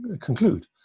conclude